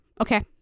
okay